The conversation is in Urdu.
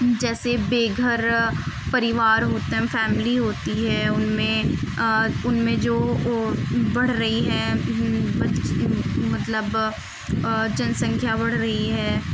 جیسے بے گھر پریوار ہوتے ہیں فیملی ہوتی ہے ان میں ان میں جو بڑھ رہی ہے مطلب جنسنکھیا بڑھ رہی ہے